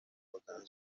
بودن